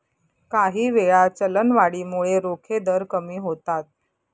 काहीवेळा, चलनवाढीमुळे रोखे दर कमी होतात